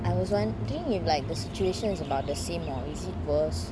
I was wondering if like the situation is about the same or is it worse